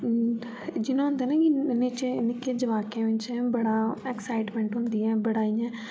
जियां होंदे न की निक्के निक्के जबाके च बड़ा एक्साइटमेंट होंदी ऐ बड़ा इ'यां